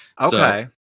Okay